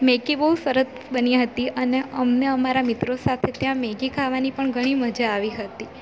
Maggi બહુ સરસ બની હતી અને અમને અમારા મિત્રો સાથે ત્યાં મેગી ખાવાની પણ ઘણી મજા આવી હતી